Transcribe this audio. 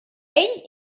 ell